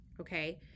Okay